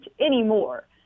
anymore